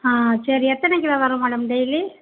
ஆ சரி எத்தனை கிலோ வரும் மேடம் டெய்லி